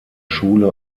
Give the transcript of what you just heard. schule